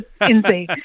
insane